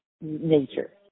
nature